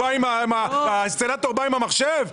האינסטלטור בא עם המחשב?